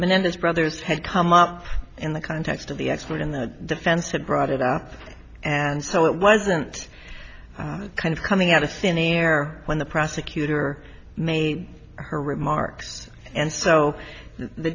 this brothers had come up in the context of the expert in the defense had brought it up and so it wasn't that kind of coming out of thin air when the prosecutor made her remarks and so the